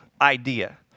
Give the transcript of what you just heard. idea